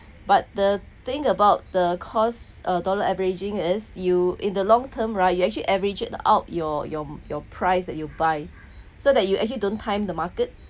but the thing about the course uh dollar averaging is you in the long term right you actually averaged out your your your price that you buy so that you actually don't time the market